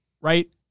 right